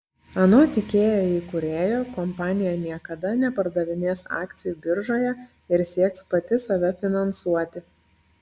anot ikea įkūrėjo kompanija niekada nepardavinės akcijų biržoje ir sieks pati save finansuoti